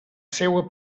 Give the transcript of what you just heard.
seua